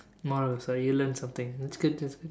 moral of the story you learn something that's good that's good